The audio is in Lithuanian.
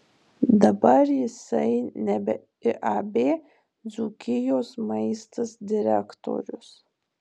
dabar jisai nebe iab dzūkijos maistas direktorius